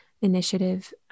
initiative